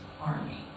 army